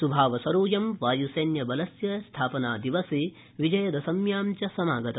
श्भावसरोऽयं वायुसैन्यबलस्य स्थापनादिवसे विजयदशम्यां च समागत